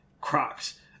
Crocs